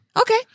Okay